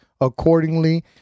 accordingly